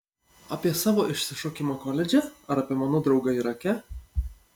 apie savo išsišokimą koledže ar apie mano draugą irake